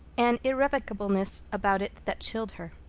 an irrevocableness about it that chilled her.